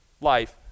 life